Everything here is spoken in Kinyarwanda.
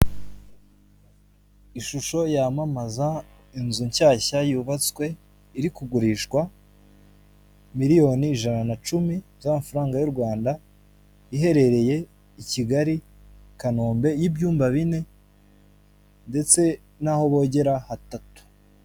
Ishusho yamamaza inzu nshyashya yubatswe iri kugurishwa miliyoni ijana na cumi z'amafaranga y'u Rwanda iherereye i Kigali Kanombe y'ibyumba bine ndetse n'aho bogera hatatu.